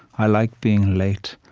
i like being late.